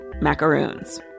macaroons